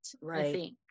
Right